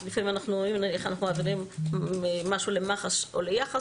אז לפעמים אנחנו מעבירים משהו למח"ש או ליח"ס,